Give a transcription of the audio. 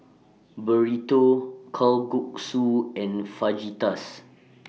Burrito Kalguksu and Fajitas